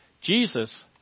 Jesus